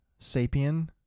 Sapien